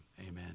amen